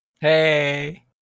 Hey